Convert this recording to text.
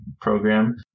program